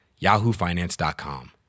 yahoofinance.com